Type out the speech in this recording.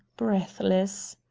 breathless.